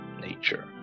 nature